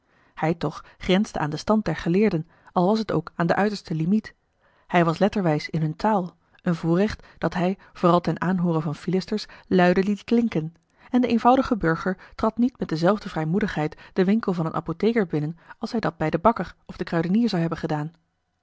hij toch grensde aan den stand der geleerden al was het ook aan de uiterste limiet hij was letterwijs in hunne taal een voorrecht dat hij vooral ten aanhoore van philisters luide liet klinken en de eenvoudige burger trad niet met dezelfde vrijmoedigheid den winkel van een apotheker binnen als hij dat bij den bakker of den kruidenier zou hebben gedaan